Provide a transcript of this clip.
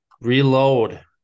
Reload